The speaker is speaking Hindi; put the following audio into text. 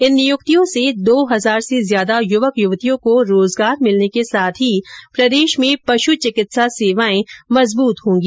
इन नियुक्तियों से दो हजार से ज्यादा युवक युवतियों को रोजगार मिलने को साथ प्रदेश में पश् चिकित्सा सेवाए मजबूत होगी